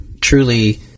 truly